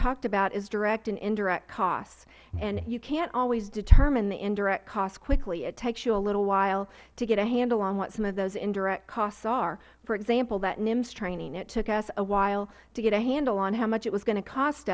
talked about is direct and indirect costs and you cant always determine the indirect costs quickly it takes you a little while to get a handle on what some of those indirect costs are for example that nims training it took us a while to get a handle on how much it was going to cost